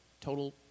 total